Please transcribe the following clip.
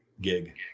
gig